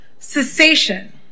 cessation